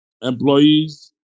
employees